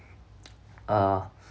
uh